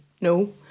no